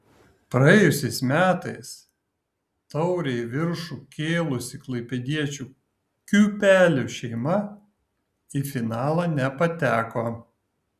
praėjusiais metais taurę į viršų kėlusi klaipėdiečių kiūpelių šeima į finalą nepateko